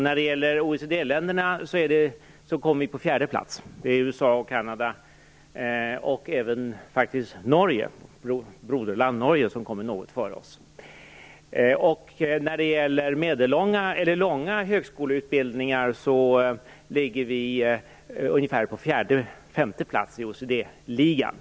När det gäller OECD-länderna kommer vi på fjärde plats efter USA, Kanada och vårt broderland Norge. När det gäller medellånga eller långa högskoleutbildningar ligger vi ungefär på fjärde femte plats i OECD-ligan.